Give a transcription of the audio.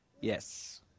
Yes